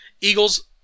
Eagles